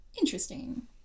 interesting